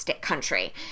country